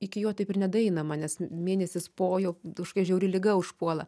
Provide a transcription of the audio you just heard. iki jo taip ir nedaeinama nes mėnesis po jau kažkokia žiauri liga užpuola